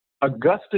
Augusta